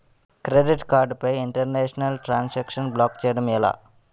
Credit card పై international transaction block చేయటం ఎలా?